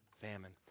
famine